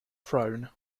throne